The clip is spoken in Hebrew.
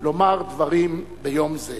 לומר דברים ביום זה.